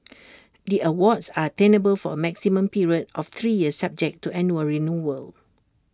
the awards are tenable for A maximum period of three years subject to annual renewal